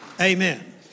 Amen